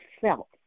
self